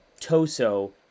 Toso